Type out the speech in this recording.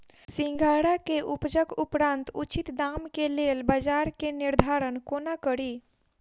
सिंघाड़ा केँ उपजक उपरांत उचित दाम केँ लेल बजार केँ निर्धारण कोना कड़ी?